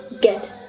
get